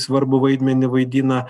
svarbų vaidmenį vaidina